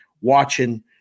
watching